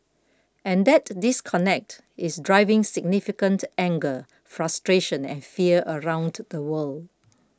and that disconnect is driving significant anger frustration and fear around the world